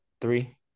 Three